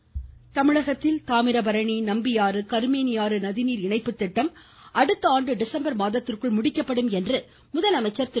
முதலமைச்சர் தமிழகத்தில் தாமிரபரணி நம்பியாறு கருமேனியாறு நதிநீர் இணைப்புத் திட்டம் அடுத்த ஆண்டு டிசம்பர் மாதத்திற்குள் முடிக்கப்படும் என்று முதலமைச்சர் திரு